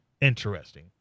interesting